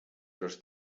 los